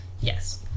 yes